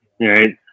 right